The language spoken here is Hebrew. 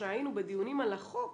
כשהיינו בדיונים על החוק,